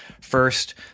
first